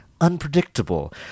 unpredictable